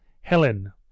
Helen